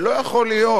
זה לא יכול להיות,